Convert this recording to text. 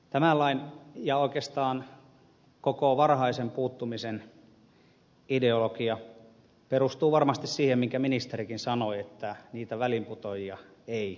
tämän lain ja oikeastaan koko varhaisen puuttumisen ideologia perustuu varmasti siihen minkä ministerikin sanoi että niitä väliinputoajia ei saa syntyä